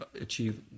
achieve